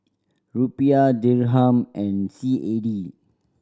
Rupiah Dirham and C A D